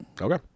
Okay